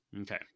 Okay